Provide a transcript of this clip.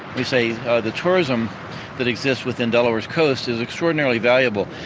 we say the tourism that exists within delaware's coast is extraordinarily valuable,